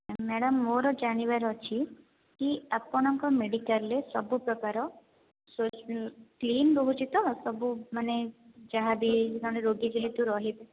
madam ମୋର ଜାଣିବାର ଅଛି କି ଆପଣଙ୍କ ମେଡିକାଲରେ ସବୁ ପ୍ରକାର କ୍ଲିନ ରହୁଛି ତ ସବୁ ମାନେ ଯାହାବି ଜଣେ ରୋଗୀ ଯେହେତୁ ରହିବେ